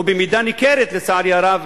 ולצערי הרב